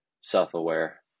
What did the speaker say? self-aware